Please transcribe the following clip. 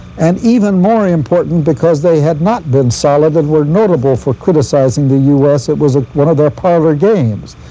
and even more important because they had not been solid and were notable for criticizing the u s, it was ah one their parlor games,